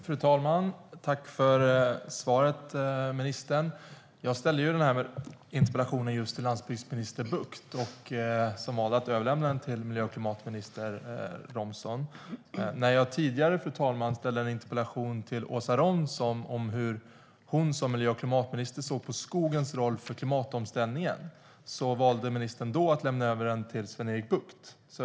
Fru talman! Tack för svaret, ministern! Jag ställde den här interpellationen till landsbygdsminister Bucht, som valde att överlämna den till klimat och miljöminister Romson. När jag tidigare, fru talman, ställde en interpellation till Åsa Romson om hur hon som klimat och miljöminister såg på skogens roll för klimatomställningen valde ministern att lämna över den till Sven-Erik Bucht.